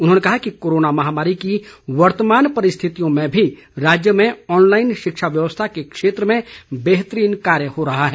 उन्होंने कहा कि कोरोना महामारी की वर्तमान परिस्थितियों में भी राज्य में ऑनलाईन शिक्षा व्यवस्था के क्षेत्र में बेहतरीन कार्य हो रहा है